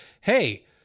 hey